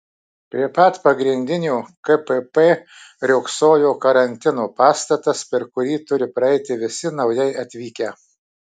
prie pat pagrindinio kpp riogsojo karantino pastatas per kurį turi praeiti visi naujai atvykę